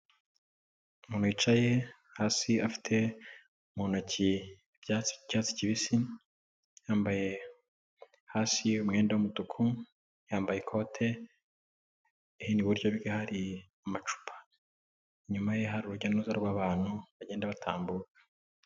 Umuntu wicaye ye hasi afite mu ntoki. icyatsi kibisi yambaye hasi umwenda w'umutuku yambaye ikote, hino iburyo hari amacupa inyuma ye hari urujyaza rw'abantu bagenda batambuka.